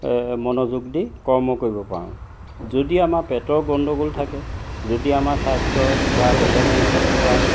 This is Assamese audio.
মনোযোগ দি কৰ্ম কৰিব পাৰোঁ যদি আমাৰ পেটৰ গণ্ডগোল থাকে যদি আমাৰ স্বাস্থ্য বা বেলেগ অংশত কিবা